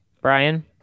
Brian